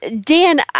Dan